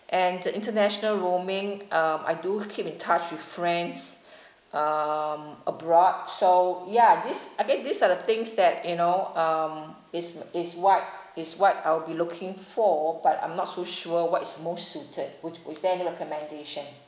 and international roaming um I do keep in touch with friends um abroad so ya these okay these are the things that you know um is is what is what I'll be looking for but I'm not too sure what is most suited would w~ is there any recommendation